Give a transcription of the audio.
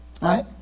Right